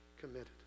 committed